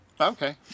Okay